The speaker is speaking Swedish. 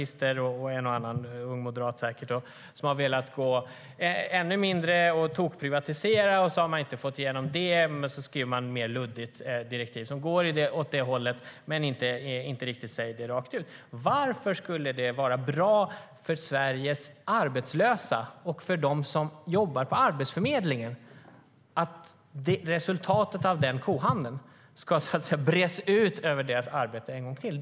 Centerpartister och säkert en och annan ung moderat har velat gå ännu längre och tokprivatisera, vilket de inte har fått igenom. Då skriver man ett luddigare direktiv som går åt det hållet men inte riktigt säger det rakt ut. Varför skulle det vara bra för Sveriges arbetslösa och för dem som jobbar på Arbetsförmedlingen att resultatet av den kohandeln ska bredas ut över deras arbete en gång till?